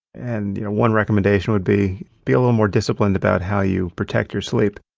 and you know one recommendation would be, be a little more disciplined about how you protect your sleep.